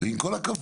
עם כל הכבוד,